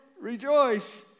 Rejoice